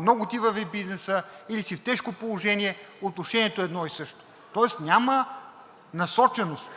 много ти върви бизнесът, или си в тежко положение, отношението е едно и също. Тоест няма насоченост,